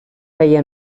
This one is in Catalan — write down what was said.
feia